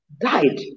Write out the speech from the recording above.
died